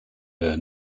air